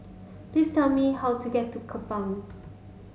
please tell me how to get to Kupang